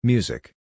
Music